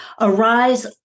Arise